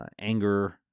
anger